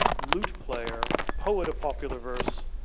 lute player, poet of popular verse,